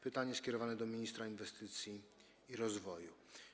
Pytanie skierowano do ministra inwestycji i rozwoju.